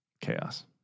Chaos